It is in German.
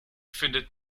findet